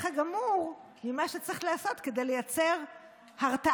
הגמור ממה שצריך לעשות כדי לייצר הרתעה.